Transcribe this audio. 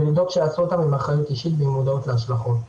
עם אחריות אישית ועם מודעות להשלכות.